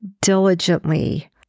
diligently